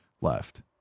left